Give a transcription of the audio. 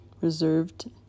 reserved